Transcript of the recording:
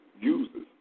uses